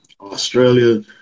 Australia